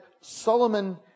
Solomon